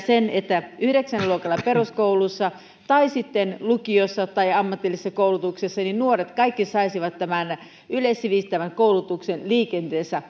se että yhdeksännellä luokalla peruskouluissa tai sitten lukioissa tai ammatillisessa koulutuksessa nuoret kaikki saisivat tämän yleissivistävän koulutuksen liikenteessä